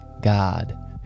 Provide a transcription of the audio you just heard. God